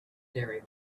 diary